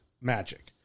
magic